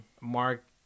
Mark